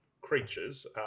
creatures